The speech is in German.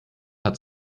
hat